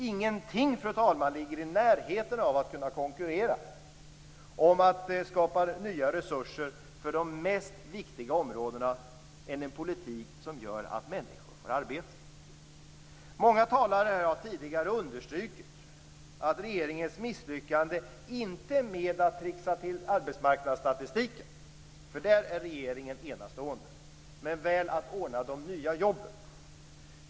Ingenting, fru talman, ligger i närheten av att kunna konkurrera om att skapa nya resurser för de viktigaste områdena än en politik som gör att människor får arbete. Många talare har tidigare understrukit regeringens misslyckande, inte med att trixa till arbetsmarknadsstatistiken - där är regeringen enastående - men väl med att ordna de nya jobben.